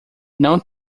não